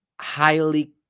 highly